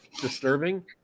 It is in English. Disturbing